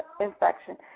infection